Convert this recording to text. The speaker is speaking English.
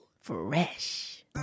Fresh